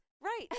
right